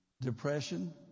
depression